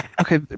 Okay